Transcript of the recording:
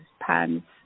pants